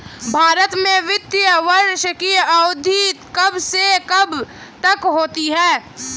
भारत में वित्तीय वर्ष की अवधि कब से कब तक होती है?